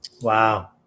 Wow